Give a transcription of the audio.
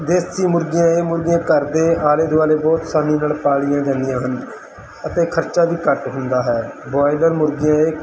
ਦੇਸੀ ਮੁਰਗੀਆਂ ਇਹ ਮੁਰਗੀਆਂ ਘਰ ਦੇ ਆਲੇ ਦੁਆਲੇ ਬਹੁਤ ਅਸਾਨੀ ਨਾਲ ਪਾਲੀਆਂ ਜਾਂਦੀਆਂ ਹਨ ਅਤੇ ਖਰਚਾ ਵੀ ਘੱਟ ਹੁੰਦਾ ਹੈ ਬੋਆਇਲਰ ਮੁਰਗੀਆਂ ਇਹ